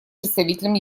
представителем